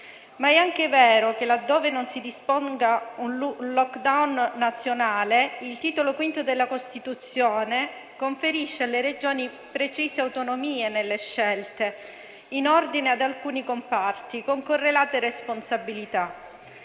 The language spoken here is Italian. È anche vero, però, che laddove non si disponga un *lockdown* nazionale, il Titolo V della Costituzione conferisce alle Regioni precise autonomie nelle scelte in ordine ad alcuni comparti con correlate responsabilità.